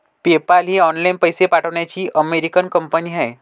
PayPal ही online पैसे पाठवण्याची अमेरिकन कंपनी आहे